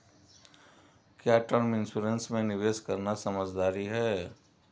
क्या term insurance में निवेश करना समझदारी है?